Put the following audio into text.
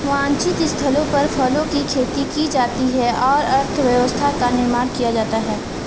वांछित स्थलों पर फलों की खेती की जाती है और अर्थव्यवस्था का निर्माण किया जाता है